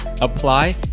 apply